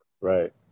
Right